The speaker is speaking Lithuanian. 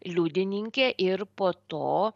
liudininkė ir po to